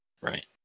Right